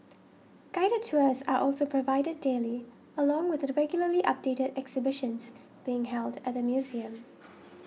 guided tours are also provided daily along with the regularly updated exhibitions being held at the museum